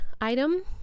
item